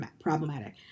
problematic